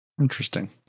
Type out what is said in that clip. Interesting